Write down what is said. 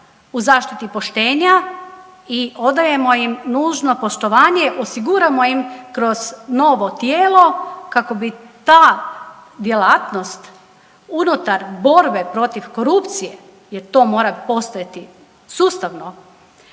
u zaštiti poštenja i odajemo im nužno poštovanje, osiguramo im kroz novo tijelo kako bi ta djelatnost unutar borbe protiv korupcije jer to mora postojati sustavno